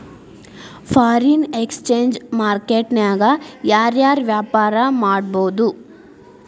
Foreign exchange market ನ್ಯಾಗ ಯಾರ್ ಯಾರ್ ವ್ಯಾಪಾರಾ ಮಾಡ್ಬೊದು?